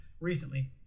recently